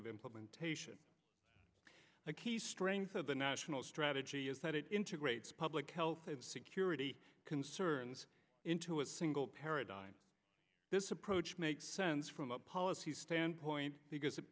e implementation the key strength of the national strategy is that it integrates public health security concerns into a single paradigm this approach makes sense from a policy standpoint because it